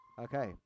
Okay